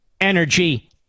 energy